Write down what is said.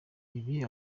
ibi